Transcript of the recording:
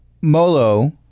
Molo